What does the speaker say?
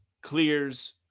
clears